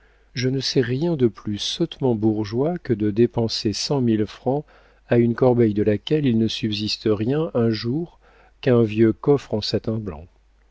je ne sais rien de plus sottement bourgeois que de dépenser cent mille francs à une corbeille de laquelle il ne subsiste rien un jour qu'un vieux coffre en satin blanc